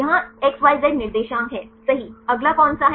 यहां XYZ निर्देशांक है सही अगला कोन सा है